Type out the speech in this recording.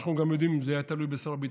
אנחנו גם יודעים שאם זה היה תלוי בשר הביטחון,